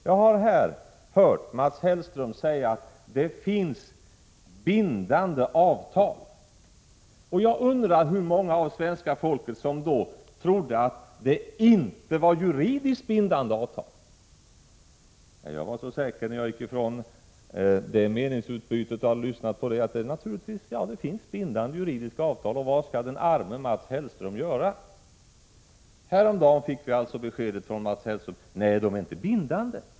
Jag har här hört Mats Hellström säga att det finns bindande avtal. Jag undrar hur stor del av svenska folket som då trodde att det inte var fråga om juridiskt bindande avtal. Efter att ha lyssnat till det meningsutbytet var jag säker på att det fanns bindande juridiska avtal, och vad skulle den arme Mats Hellström göra? Häromdagen fick vi alltså beskedet från Mats Hellström: Nej, de är inte bindande.